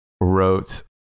wrote